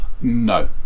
No